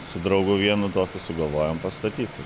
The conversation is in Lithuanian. su draugu vienu tokiu sugalvojom pastatyti